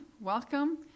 Welcome